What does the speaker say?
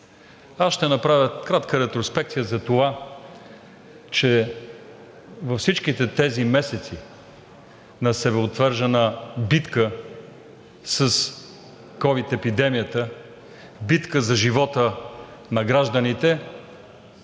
Аз ще направя кратка ретроспекция за това, че във всичките тези месеци на себеотвержена битка с ковид епидемията, битка за живота на гражданите,